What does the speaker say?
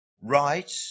right